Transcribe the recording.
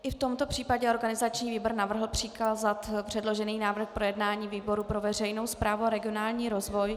I v tomto případě organizační výbor navrhl přikázat předložený návrh k projednání výboru pro veřejnou správu a regionální rozvoj.